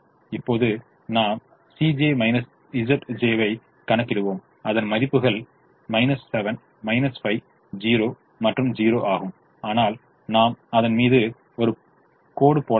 இப்போது நாம் வை கணக்கிடுவோம் அதன் மதிப்புகள் 7 5 0 மற்றும் 0 ஆகும் ஆனால் நாm அதன்மீது ஒரு கோடு போடவில்லை